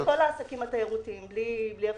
לכל העסקים התיירותיים בלי הבחנה.